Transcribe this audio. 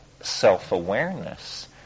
self-awareness